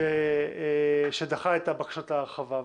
שדחה את הבקשות להרחבה.